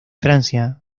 francia